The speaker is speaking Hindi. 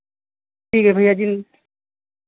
ठीक है भैया जी